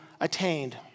attained